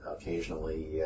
occasionally